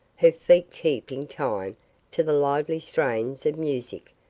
her feet keeping time to the lively strains of music,